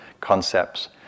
concepts